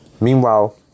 Meanwhile